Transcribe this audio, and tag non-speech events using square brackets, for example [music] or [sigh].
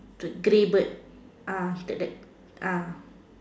the grey bird uh [noise] uh